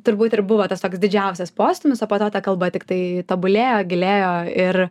turbūt ir buvo tas toks didžiausias postūmis o po to ta kalba tiktai tobulėjo gilėjo ir